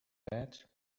bad